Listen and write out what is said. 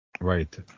Right